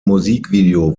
musikvideo